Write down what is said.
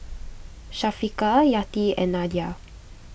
Syafiqah Yati and Nadia